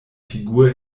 figur